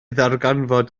ddarganfod